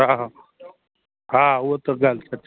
हा हा हा हा उहो त ॻाल्हि सच्ची